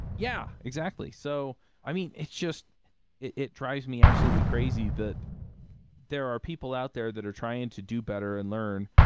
yeah. exactly. so i mean, it's just it drives me absolutely crazy that there are people out there that are trying to do better and learn,